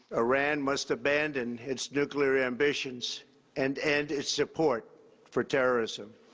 iran must abandon its nuclear ambitions and end its support for terrorism.